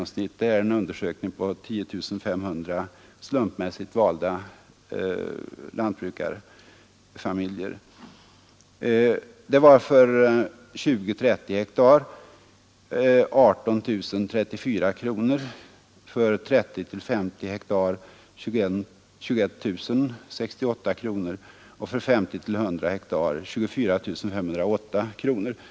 Nettointäkten var för jordbruksfastigheter på 10—12 hektar i genomsnitt 12 839 kronor. För 20—30 hektar uppgår inkomsten till 18 034 kronor, för 30-50 hektar 21 068 kronor och för 50—100 hektar 24 508 kronor.